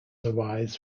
arise